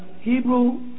Hebrew